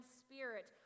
spirit